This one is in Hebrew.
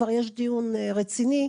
כבר יש דיון רציני,